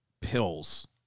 pills